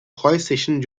preußischen